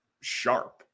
sharp